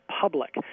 public